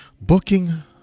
Booking